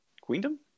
Queendom